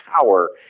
power